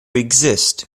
exist